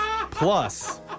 Plus